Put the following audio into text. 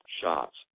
shots